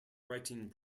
writing